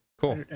cool